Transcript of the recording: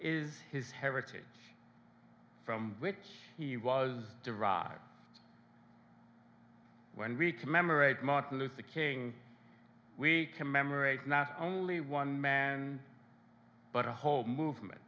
is his heritage from which he was derived when we commemorate martin luther king we commemorate not only one man but a whole movement